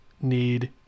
need